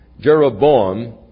Jeroboam